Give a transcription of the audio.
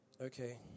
Okay